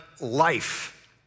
life